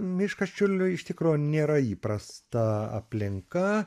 miškas čiurliui iš tikro nėra įprasta aplinka